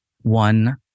one